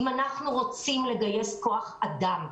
אם אנחנו רוצים לגייס כוח אדם.